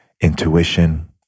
intuition